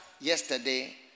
Yesterday